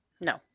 No